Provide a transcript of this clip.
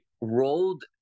rolled